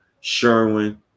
Sherwin